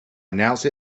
announce